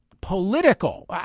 political